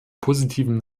positiven